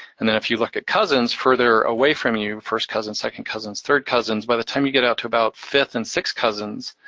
and then if you look at cousins further away from you, first cousin, second cousins, third cousins, by the time you get up to about fifth and sixth cousins,